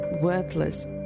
worthless